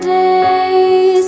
days